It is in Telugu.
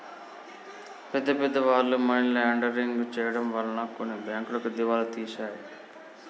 పెద్ద పెద్ద వాళ్ళు మనీ లాండరింగ్ చేయడం వలన కొన్ని బ్యాంకులు దివాలా తీశాయి